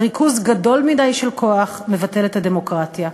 וריכוז גדול מדי של כוח מבטל את הדמוקרטיה.